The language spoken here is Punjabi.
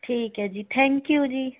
ਠੀਕ ਹੈ ਜੀ ਥੈਂਕ ਯੂ ਜੀ